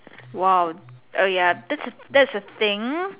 !wow! err ya that's a that's a thing